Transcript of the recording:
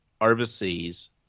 overseas